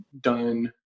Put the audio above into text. done